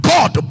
God